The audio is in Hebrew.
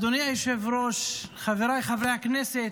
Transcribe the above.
אדוני היושב-ראש, חבריי חברי הכנסת,